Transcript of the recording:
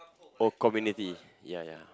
oh community ya ya